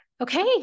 Okay